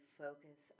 focus